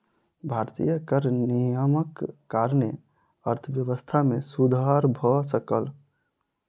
भारतीय कर नियमक कारणेँ अर्थव्यवस्था मे सुधर भ सकल